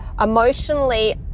Emotionally